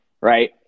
right